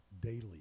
daily